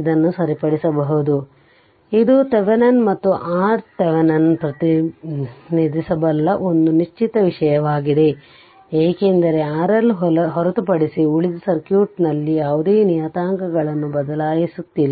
ಇದನ್ನು ಸರಿಪಡಿಸುವುದು ಇದು ವಿಥೆವೆನಿನ್ ಮತ್ತು ಆರ್ಟಿಹೆವೆನಿನ್ ಪ್ರತಿನಿಧಿಸಬಲ್ಲ ಒಂದು ನಿಶ್ಚಿತ ವಿಷಯವಾಗಿದೆ ಏಕೆಂದರೆ RL ಹೊರತುಪಡಿಸಿ ಉಳಿದ ಸರ್ಕ್ಯೂಟ್ನಲ್ಲಿ ಯಾವುದೇ ನಿಯತಾಂಕಗಳನ್ನು ಬದಲಾಯಿಸುತ್ತಿಲ್ಲ